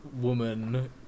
woman